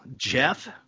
Jeff